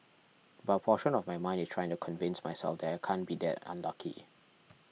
but a portion of my mind is trying to convince myself that I can't be that unlucky